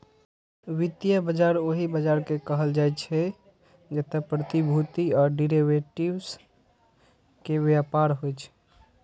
वित्तीय बाजार ओहि बाजार कें कहल जाइ छै, जतय प्रतिभूति आ डिरेवेटिव्स के व्यापार होइ छै